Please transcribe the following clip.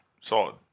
solid